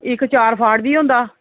इक चार फाड़ बी होंदा